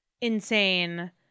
insane